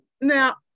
Now